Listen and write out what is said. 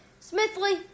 Smithley